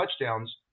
touchdowns